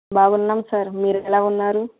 బాగున్నాము సార్ మీరు ఎలా ఉన్నారు